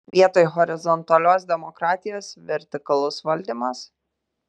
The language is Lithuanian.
vietoj horizontalios demokratijos vertikalus valdymas